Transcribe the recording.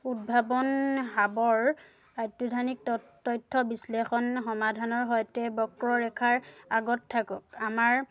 উদ্ভাৱন হাবৰ অত্যাধুনিক ত তথ্য বিশ্লেষণ সমাধানৰ সৈতে বক্ৰ ৰেখাৰ আগত থাকক আমাৰ